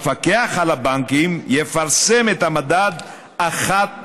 המפקח על הבנקים יפרסם את המדד אחת לרבעון,